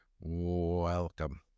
Welcome